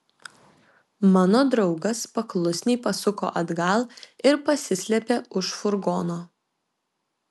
mano draugas paklusniai pasuko atgal ir pasislėpė už furgono